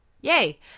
yay